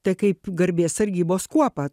tai kaip garbės sargybos kuopa